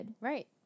Right